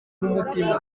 n’umutima